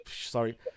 sorry